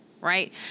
right